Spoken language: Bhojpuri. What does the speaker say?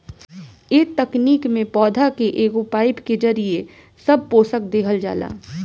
ए तकनीक में पौधा के एगो पाईप के जरिये सब पोषक देहल जाला